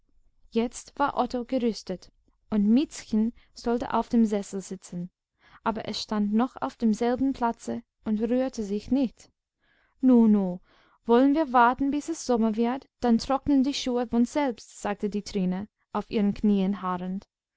jetzt war otto gerüstet und miezchen sollte auf dem sessel sitzen aber es stand noch auf demselben platze und rührte sich nicht nu nu wollen wir warten bis es sommer wird dann trocknen die schuhe von selbst sagte die trine auf ihren knieen harrend